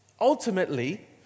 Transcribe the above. Ultimately